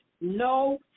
no